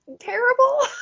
terrible